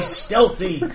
stealthy